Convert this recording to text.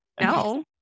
no